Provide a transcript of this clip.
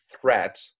threat